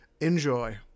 Enjoy